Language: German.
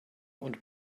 und